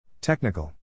Technical